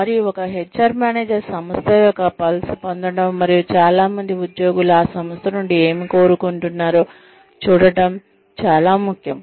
మరియు ఒక HR manager సంస్థ యొక్క పల్స్ పొందడం మరియు చాలా మంది ఉద్యోగులు ఆ సంస్థ నుండి ఏమి కోరుకుంటూన్నారో చూడటం చాలా ముఖ్యం